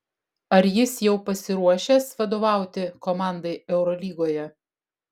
ar jis jau pasiruošęs vadovauti komandai eurolygoje